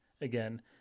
Again